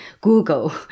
Google